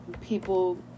People